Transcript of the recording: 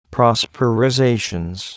Prosperizations